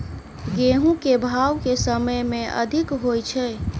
गेंहूँ केँ भाउ केँ समय मे अधिक होइ छै?